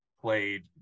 played